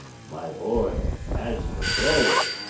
my boy, as for clothes,